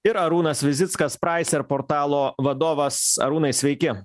ir arūnas vizickas praiser portalo vadovas arūnai sveiki